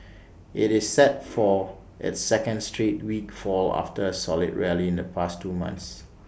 IT is set for its second straight week fall after A solid rally in the past two months